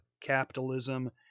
capitalism